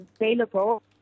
available